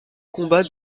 combats